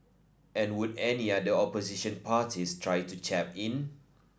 and would any other opposition parties try to chap in